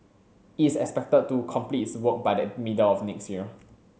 it is expected to complete its work by the middle of next year